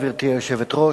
גברתי היושבת-ראש,